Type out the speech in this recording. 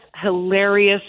hilarious